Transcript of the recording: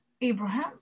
Abraham